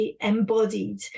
embodied